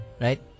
Right